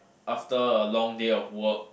after a long day of work